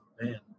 Man